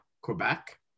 Quebec